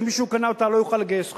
מישהו שקנה אותה לא יוכל לגייס חוב.